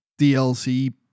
DLC